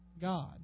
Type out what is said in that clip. God